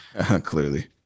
Clearly